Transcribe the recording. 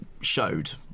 showed